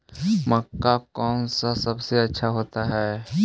मक्का कौन सा सबसे अच्छा होता है?